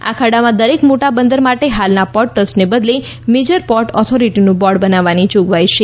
આ ખરડામાં દરેક મોટા બંદર માટે હાલના પોર્ટ ટ્રસ્ટને બદલે મેજર પોર્ટ ઓથોરિટીનું બોર્ડ બનાવવાની જોગવાઈ છે